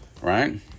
right